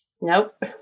nope